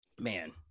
Man